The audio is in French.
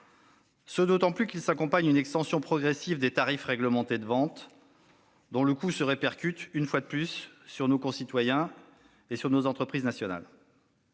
C'est d'autant plus vrai qu'il s'accompagne d'une extension progressive des tarifs réglementés de vente dont le coût se répercute, une fois de plus, sur nos concitoyens et sur les entreprises nationales.